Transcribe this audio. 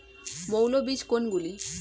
মৌল বীজ কোনগুলি?